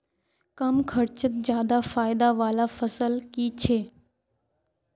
कम खर्चोत ज्यादा फायदा वाला फसल की छे?